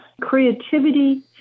creativity